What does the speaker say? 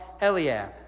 Eliab